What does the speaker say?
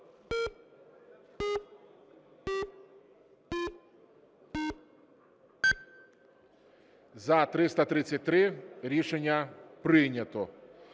За – 333 Рішення прийнято.